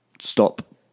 stop